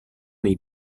nei